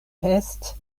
pest